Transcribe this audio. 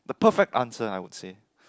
the perfect answer I would say